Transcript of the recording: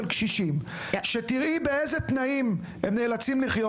קשישים שתראי באילו תנאים הם צריכים לחיות.